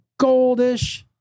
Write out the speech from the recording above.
goldish